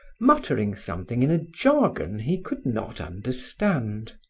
muttering something in a jargon he could not understand.